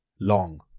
long